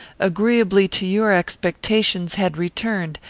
agreeably to your expectations, had returned,